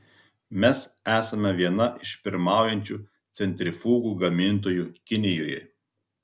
mes esame viena iš pirmaujančių centrifugų gamintojų kinijoje